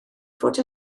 fod